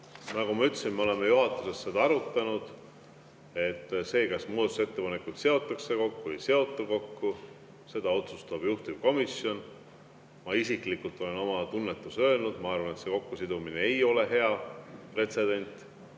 Nagu ma ütlesin, me oleme seda juhatuses arutanud. Seda, kas muudatusettepanekud seotakse kokku või ei seota kokku, otsustab juhtivkomisjon. Ma isiklikult olen oma tunnetuse öelnud: ma arvan, et see kokkusidumine ei ole hea pretsedent.